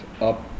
up